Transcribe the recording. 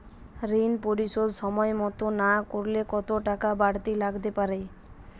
ঋন পরিশোধ সময় মতো না করলে কতো টাকা বারতি লাগতে পারে?